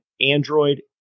Android